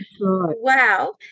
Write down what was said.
wow